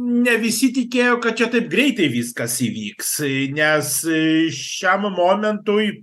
ne visi tikėjo kad čia taip greitai viskas įvyks į nes šiam momentui